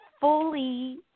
fully –